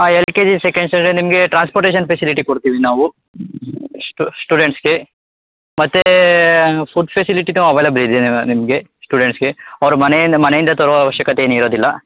ಆಂ L K G second standard ನಿಮಗೆ transportation facility ಕೊಡ್ತೀವಿ ನಾವು ಸ್ಟೂಡೆಂಟ್ಸ್ಗೆ ಮತ್ತು ಫುಡ್ ಫೆಸಿಲಿಟಿನೂ ಅವೇಲೇಬಲ್ ಇದೆ ನಿಮಗೆ ಸ್ಟೂಡೆಂಟ್ಸ್ಗೆ ಅವ್ರು ಮನೆಯಿಂದ ಮನೆಯಿಂದ ತರೋ ಅವಶ್ಯಕತೆ ಏನೂ ಇರೋದಿಲ್ಲ